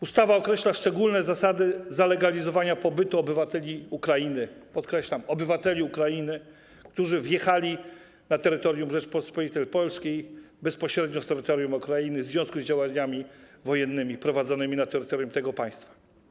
Ustawa określa szczególne zasady dotyczące zalegalizowania pobytu obywateli Ukrainy - podkreślam: obywateli Ukrainy - którzy wjechali na terytorium Rzeczypospolitej Polskiej bezpośrednio z terytorium Ukrainy w związku z działaniami wojennymi prowadzonymi na terytorium tego państwa.